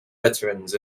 veterans